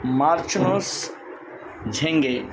marchers झेंगे